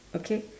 okay